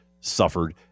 suffered